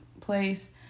place